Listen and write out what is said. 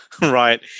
right